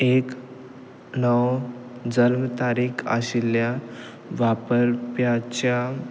एक णव जल्म तारीक आशिल्ल्या वापरप्याच्या